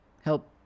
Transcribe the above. Help